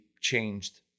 changed